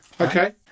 Okay